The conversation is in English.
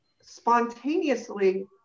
spontaneously